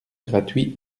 gratuit